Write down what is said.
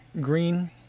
green